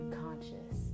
conscious